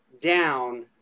down –